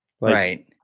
Right